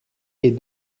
est